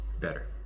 Better